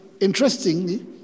interestingly